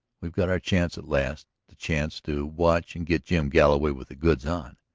we've got our chance at last the chance to watch and get jim galloway with the goods on.